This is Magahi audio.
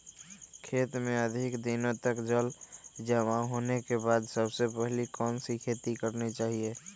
खेत में अधिक दिनों तक जल जमाओ होने के बाद सबसे पहली कौन सी खेती करनी चाहिए?